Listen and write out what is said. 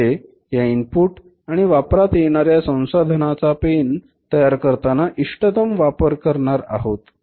म्हणजे ह्या इनपुट आणि वापरात येणाऱ्या संसाधनांचा पेन तयार करताना इष्टतम वापर करणार आहोत